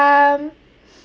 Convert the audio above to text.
um